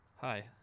Hi